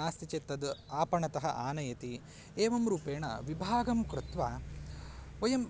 नास्ति चेत् तद् आपणतः आनयति एवं रूपेण विभागं कृत्वा वयं